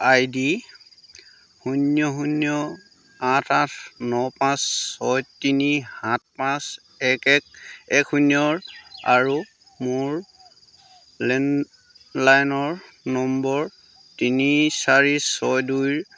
আই D শূন্য শূন্য আঠ আঠ ন পাঁচ ছয় তিনি সাত পাঁচ এক এক এক শূন্যৰ আৰু মোৰ লেণ্ডলাইন নম্বৰ তিনি চাৰি ছয় দুইৰ